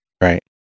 Right